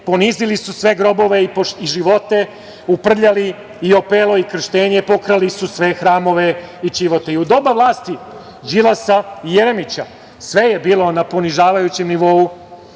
ponizili su sve grobove i živote, uprljali i opelo i krštenje, pokrali su sve hramove i ćivote.U doba vlasti Đilasa i Jeremića sve je bilo na ponižavajućem nivou,